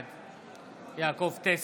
בעד יעקב טסלר,